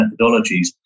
methodologies